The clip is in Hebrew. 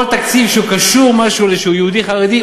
כל תקציב שקשור במשהו לאיזה יהודי חרדי,